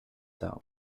down